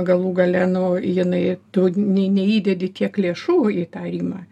galų gale nu jinai tu ne neįdedi tiek lėšų į tą arimą